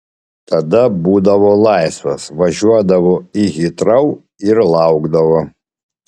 tada būdavo laisvas važiuodavo į hitrou ir laukdavo